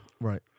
Right